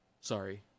Sorry